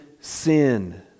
sin